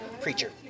preacher